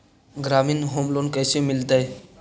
ग्रामीण home loan कैसे मिलतै?